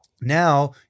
now